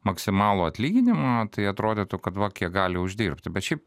maksimalų atlyginimą tai atrodytų kad va kiek gali uždirbti bet šiaip